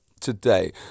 today